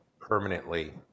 permanently